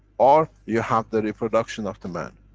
or you have the reproduction of the man.